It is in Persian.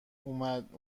اومد